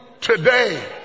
today